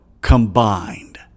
combined